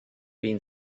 been